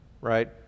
right